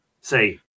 say